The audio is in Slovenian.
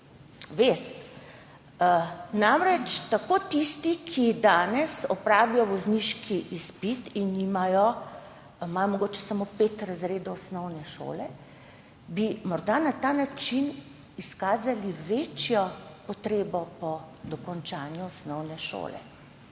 bi namreč tisti, ki danes opravijo vozniški izpit in imajo mogoče samo pet razredov osnovne šole, morda na ta način izkazali večjo potrebo po dokončanju osnovne šole.